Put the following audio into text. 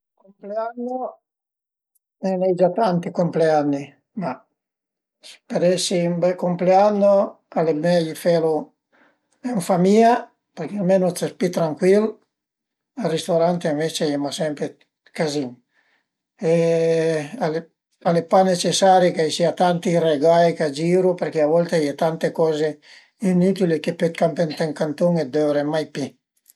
Compleanno n'ai gia tanti dë compleanni, ma për esi ën bel compleanno al e mei felu ën famìa përché almenu s'es pi trancuil, al risturant ënvecce a ie mach sempre dë cazin e al e pa necesari ch'a i sia tanti regai ch'a giru përché a volte a ie tante coze inütil che pöt campe ënt ün cantun e dovre mai pi